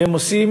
והם עושים,